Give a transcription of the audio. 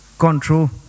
Control